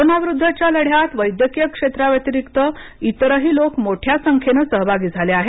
कोरोनाविरुद्धच्या लढ्यात वैद्यकीय क्षेत्राव्यतिरिक्त इतरही लोक मोठ्या संख्येनं सहभागी झाले आहेत